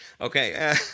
Okay